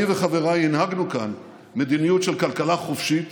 אני וחבריי הנהגנו כאן מדיניות של כלכלה חופשית